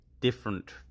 different